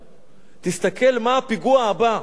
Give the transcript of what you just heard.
איפה האסון הבא שרובץ לפתחנו.